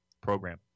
program